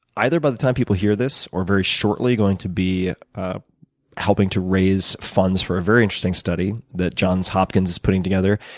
either by the time people hear this, or very shortly, going to be ah helping to raise funds for a very interesting study that johns hopkins is putting together.